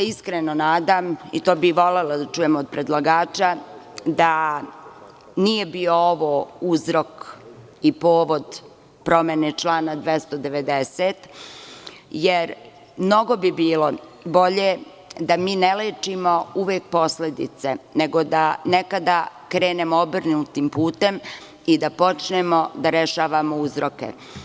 Iskreno se nadam i to bih volela da čujem od predlagača da nije bio ovo uzrok i povod promene člana 290, jer mnogo bi bilo bolje da mi ne lečimo uvek posledice, nego da nekada krenemo obrnutim putem i da počnemo da rešavamo uzroke.